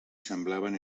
semblaven